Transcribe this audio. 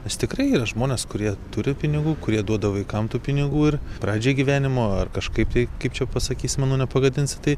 nes tikrai yra žmonės kurie turi pinigų kurie duoda vaikam tų pinigų ir pradžiai gyvenimo ar kažkaip tai kaip čia pasakysi manau nepagadinsi tai